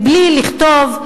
בלי לכתוב,